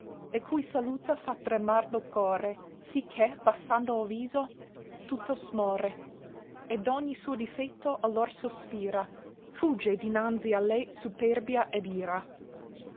e cui saluta fa tremar lo core sì che bassando il viso tutto smore e d'ogni suo difetto allor sospira fugge dinanzi a lei superbia ed ira